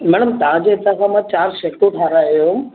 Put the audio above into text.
madam तव्हांजे हितां खां मां चारि शर्टूं ठाराए हुओ हुअमि